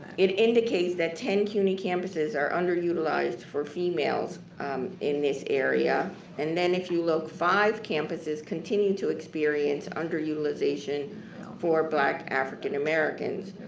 it indicates that ten cuny campuses are underutilized for females in this area and then if you look five campuses continue to experience underutilization for black african-americans.